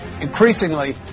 Increasingly